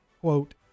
Quote